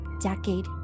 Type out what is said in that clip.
decade